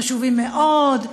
חשובים מאוד,